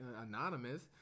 anonymous